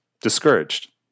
discouraged